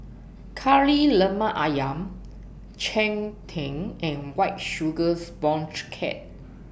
Kari Lemak Ayam Cheng Tng and White Sugar Sponge Cake